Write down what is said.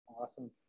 Awesome